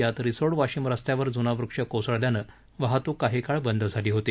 यात रिसोड वाशिम रस्त्यावर जुना वृक्ष कोसळल्यानं वाहतूक काही काळ बंद झाली होती